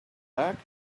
back